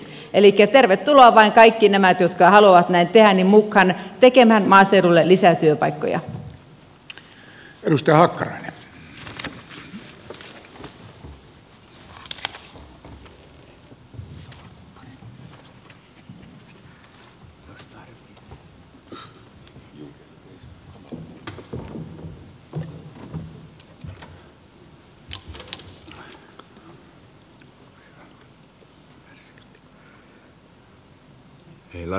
elikkä tervetuloa vain kaikki ne jotka haluavat näin tehdä mukaan tekemään maaseudulle lisää työpaikkoja